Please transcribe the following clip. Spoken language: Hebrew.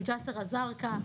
מג'סר א-זרקא,